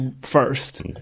first